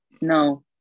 No